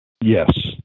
Yes